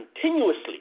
continuously